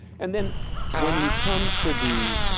and then when you come to the